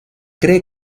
cree